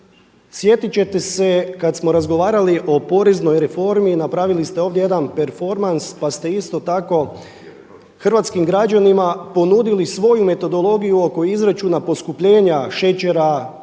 Sjetit ćete se kad smo razgovarali o poreznoj reformi, napravili ste ovdje jedan performans, pa ste isto tako hrvatskim građanima ponudili svoju metodologiju oko izračuna poskupljenja šećera, ulja,